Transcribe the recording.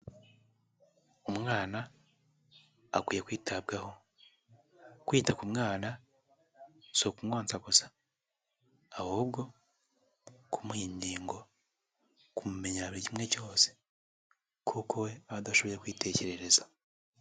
Umwana akwiye kwitabwaho, kwita ku mwana si ukumwonsa gusa, ahubwo kumuha inkingo, kumumenyera buri kimwe cyose kuko we aba adashoboye kwitekerereza.